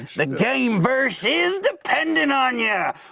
the gameverse is dependent on yeah